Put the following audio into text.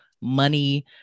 money